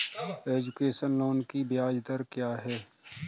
Education loan की ब्याज दर क्या है?